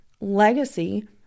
legacy